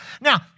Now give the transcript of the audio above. Now